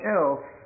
else